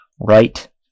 right